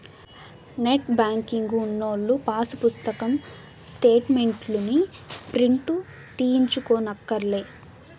net banking ఉన్నోల్లు pass పుస్తకం స్టేటు మెంట్లుని ప్రింటు తీయించుకోనక్కర్లే